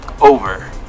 over